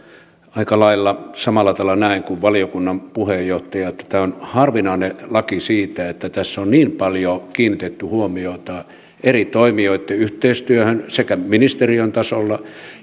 aika lailla samalla tavalla näen kuin valiokunnan puheenjohtaja alussa että tämä on harvinainen laki siitä että tässä on niin paljon kiinnitetty huomiota yhteistyöhön eri toimijoitten sekä ministeriön tasolla